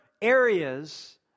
Areas